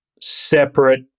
separate